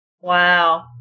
Wow